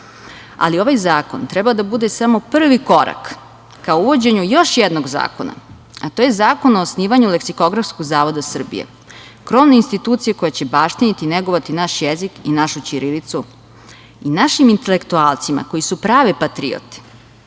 Ali ovaj zakon treba da bude samo prvi korak ka uvođenju još jednog zakona, a to je zakon o osnivanju leksikografskog zavoda Srbije, krovne institucije koja će baštiniti i negovati naš jezik i našu ćirilicu i našim intelektualcima koji su prave patriote